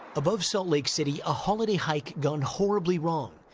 above salt lake city, a holiday hike gone horribly wrong.